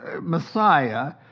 Messiah